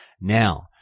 Now